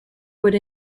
would